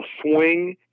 swing